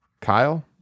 Kyle